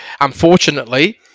Unfortunately